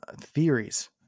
theories